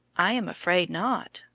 i am afraid not,